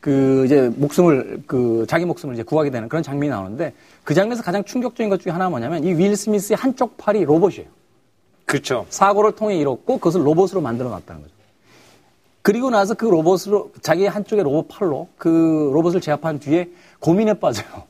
그 이제 목숨을, 그 자기 목숨을 이제 구하게 되는 그런 장면이 나오는데 그 장면에서 가장 충격적인 것 중에 하나가 뭐냐면 이 윌 스미스의 한쪽 팔이 로봇이에요. 그렇죠. 사고를 통해 잃었고 그것을 로봇으로 만들어 놨다는 거죠. 그리고 나서 그 로봇으로 자기의 한쪽의 로봇 팔로 그 로봇을 제압한 뒤에 고민에 빠져요.